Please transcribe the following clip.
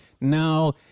Now